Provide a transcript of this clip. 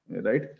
right